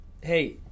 hey